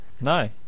No